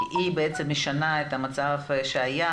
כי היא בעצם משנה את המצב שהיה